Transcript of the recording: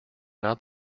not